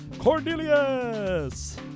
Cornelius